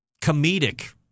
comedic